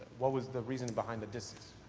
what was the reason behind the distance.